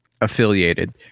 affiliated